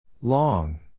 Long